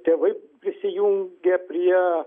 tėvai prisijungia prie